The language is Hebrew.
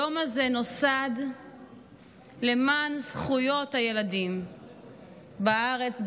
היום הזה נוסד למען זכויות הילדים בארץ,